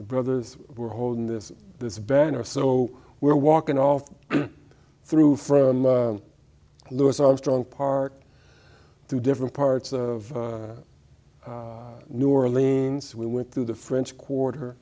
the brothers were holding this this banner so we're walking off through from louis armstrong park through different parts of new orleans we went through the french quarter